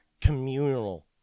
communal